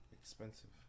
Expensive